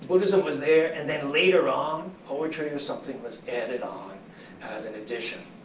buddhism was there, and then later on poetry or something was added on as an addition.